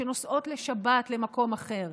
שנוסעות לשבת למקום אחר,